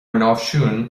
náisiún